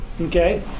Okay